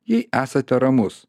jei esate ramus